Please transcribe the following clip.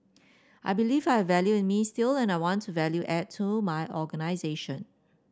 I believe I have value in me still and I want to add value to my organisation